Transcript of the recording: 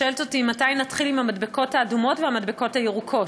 שואלת אותי מתי נתחיל עם המדבקות האדומות והמדבקות הירוקות.